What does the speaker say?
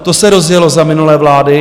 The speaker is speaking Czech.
To se rozjelo za minulé vlády.